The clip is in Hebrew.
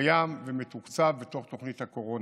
קיים ומתוקצב בתוך תוכנית הקורונה,